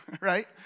right